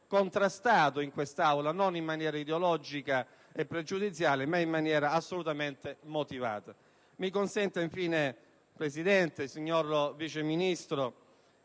contrastato non in maniera ideologica o pregiudiziale ma in maniera assolutamente motivata. Infine, signor Presidente, signor Vice Ministro,